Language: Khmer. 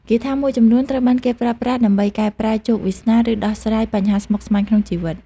គាថាមួយចំនួនត្រូវបានគេប្រើប្រាស់ដើម្បីកែប្រែជោគវាសនា ឬដោះស្រាយបញ្ហាស្មុគស្មាញក្នុងជីវិត។